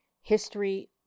history